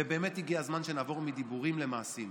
ובאמת הגיע הזמן שנעבור מדיבורים למעשים.